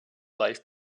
life